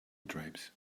drapes